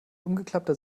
umgeklappter